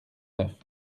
neuf